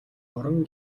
орон